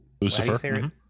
Lucifer